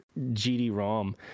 GD-ROM